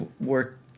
work